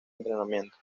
entrenamiento